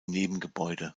nebengebäude